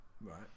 Right